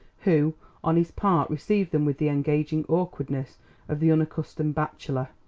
who on his part received them with the engaging awkwardness of the unaccustomed bachelor.